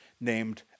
named